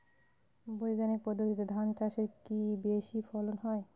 বৈজ্ঞানিক পদ্ধতিতে ধান চাষে কি বেশী ফলন হয়?